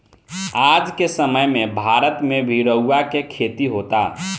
आज के समय में भारत में भी रुआ के खेती होता